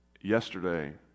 Yesterday